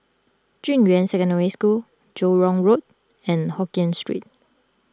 Junyuan Secondary School Joo Hong Road and Hokien Street